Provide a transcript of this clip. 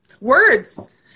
words